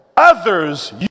others